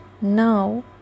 now